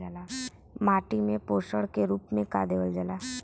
माटी में पोषण के रूप में का देवल जाला?